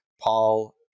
Paul